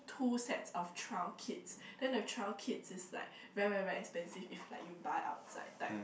two sets of trail kits then the trails kits is like very very very expensive if like you buy outside type